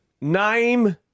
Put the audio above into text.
name